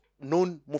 known